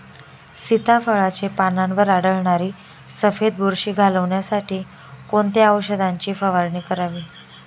सीताफळाचे पानांवर आढळणारी सफेद बुरशी घालवण्यासाठी कोणत्या औषधांची फवारणी करावी?